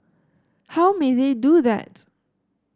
how may they do that